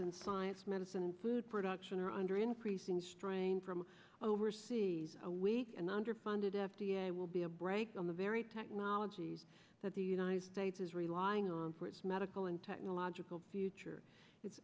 in science medicine and food production are under increasing strain from overseas a weak and underfunded f d a will be a brake on the very technologies that the united states is relying on for its medical and technological future it's